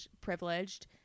privileged